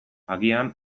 agian